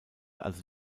also